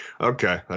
Okay